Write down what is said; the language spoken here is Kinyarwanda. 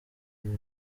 buri